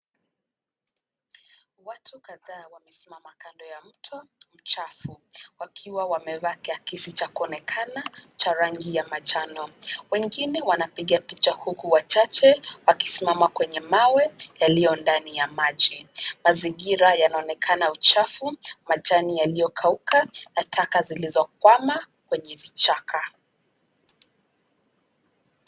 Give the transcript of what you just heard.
Watu kadhaa wamesimama kando ya mto mchafu, wakiwa wamevaa kiakisi cha kuonekana cha rangi ya manjano. Wengine wanapiga picha huku wachache wakisimama kwenye mawe yaliyo ndani ya maji. Mazingira yanaonekana uchafu, majani yaliyokauka na taka zilizokwama kwenye vichaka.